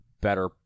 better